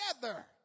together